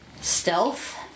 stealth